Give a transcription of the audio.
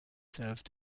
served